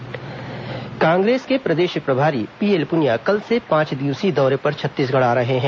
PL Punia Chhattisgarh Congress के प्रदेश प्रभारी पीएल पुनिया कल से पांच दिवसीय दौरे पर छत्तीसगढ़ आ रहे हैं